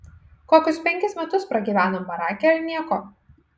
kokius penkis metus pragyvenom barake ir nieko